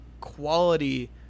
quality